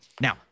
Now